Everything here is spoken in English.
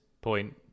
point